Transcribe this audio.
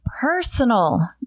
personal